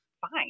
fine